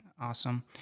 Awesome